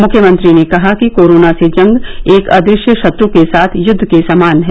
मुख्यमंत्री ने कहा कि कोरोना से जंग एक अदृश्य शत्रू के साथ युद्ध के समान है